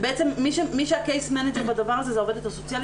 שבעצם ה-case manager בדבר הזה זו העובדת הסוציאלית